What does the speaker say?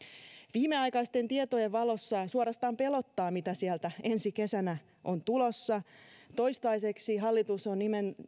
viimeaikaisten tietojen valossa suorastaan pelottaa mitä sieltä ensi kesänä on tulossa toistaiseksi hallitus on